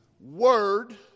word